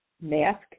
mask